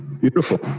Beautiful